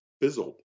fizzled